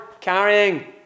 carrying